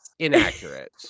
Inaccurate